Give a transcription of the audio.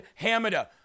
Hamada